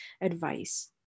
advice